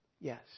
Yes